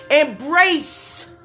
Embrace